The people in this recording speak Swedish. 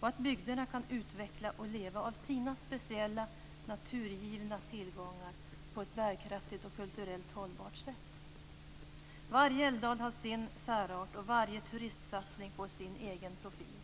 och att bygderna kan utveckla och leva av sina speciella naturgivna tillgångar på ett bärkraftigt och kulturellt hållbart sätt. Varje älvdal har sin särart och varje turistsatsning får sin egen profil.